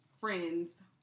friends